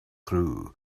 through